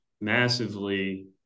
massively